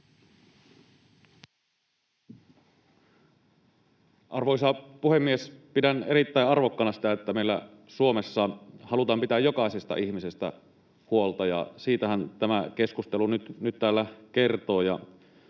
Arvoisa puhemies! Pidän erittäin arvokkaana sitä, että meillä Suomessa halutaan pitää jokaisesta ihmisestä huolta, ja siitähän tämä keskustelu nyt täällä kertoo.